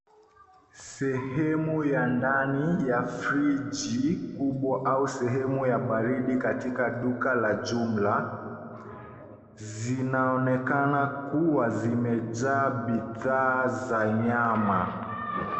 Sehemu ya ndani ya friji kubwa au sehemu ya baridi katika duka la jumla zinaonekana kuwa zimejaa bidha za nyama.